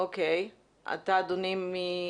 קודם כל